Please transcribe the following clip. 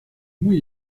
muy